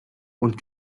und